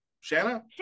Shanna